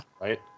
Right